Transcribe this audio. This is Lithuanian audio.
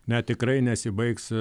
ne tikrai nesibaigs